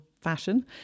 fashion